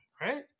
Right